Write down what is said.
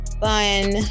fun